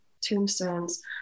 tombstones